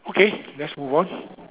okay let's move on